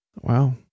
Wow